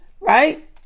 Right